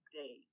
day